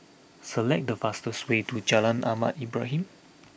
select the fastest way to Jalan Ahmad Ibrahim